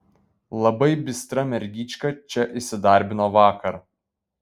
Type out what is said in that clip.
labai bistra mergyčka čia įsidarbino vakar